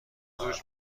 آورده